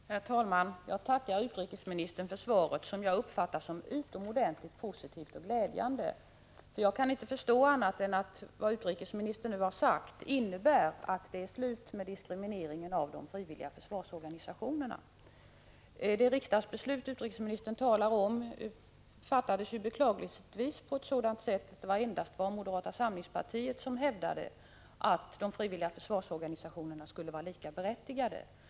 Herr talman! Jag tackar utrikesministern för svaret, som jag uppfattar som utomordentligt positivt och glädjande. Jag kan inte förstå annat än att det som utrikesministern nu har sagt innebär att det är slut med diskrimineringen av de frivilliga försvarsorganisationerna. När det riksdagsbeslut som utrikesministern talar om fattades var det ju beklagligtvis endast moderata samlingspartiet som hävdade att de frivilliga försvarsorganisationerna skulle vara likaberättigade med de övriga.